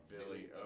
Billy